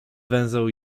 węzeł